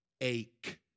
ache